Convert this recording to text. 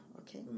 okay